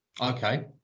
Okay